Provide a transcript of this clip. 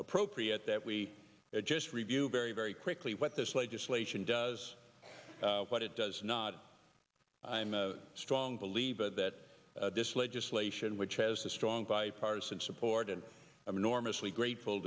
appropriate that we just review very very quickly what this legislation does but it does not i'm a strong believer that this legislation which has a strong bipartisan support and i'm enormously grateful